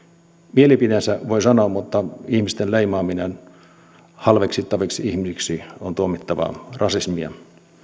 mielipiteensä voi sanoa mutta ihmisten leimaaminen halveksittaviksi ihmisiksi on tuomittavaa rasismia